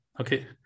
Okay